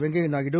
Venkaiah Naidu